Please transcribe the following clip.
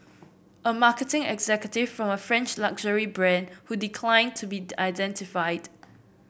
a marketing executive from a French luxury brand who declined to be identified